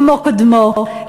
כמו קודמו,